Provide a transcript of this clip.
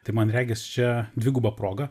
tai man regis čia dviguba proga